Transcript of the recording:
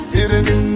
Sitting